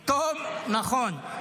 --- נכון.